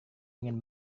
ingin